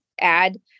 add